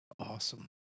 Awesome